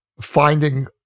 finding